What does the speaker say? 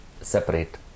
separate